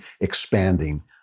expanding